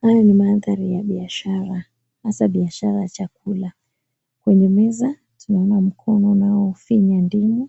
Haya ni mandhari ya biashara hasa biashara ya chakula. Kwenye meza tunaona mkono unaofinya ndimu